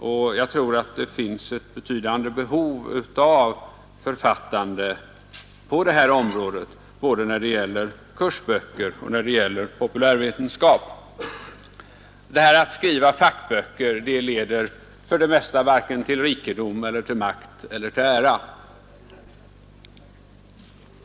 Och jag tror att det finns ett betydande behov av författande på det här området både när det gäller kursböcker och när det gäller populärvetenskap. Att skriva fackböcker leder för det mesta varken till rikedom eller till makt eller till ära.